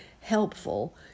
helpful